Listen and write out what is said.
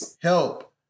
help